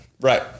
Right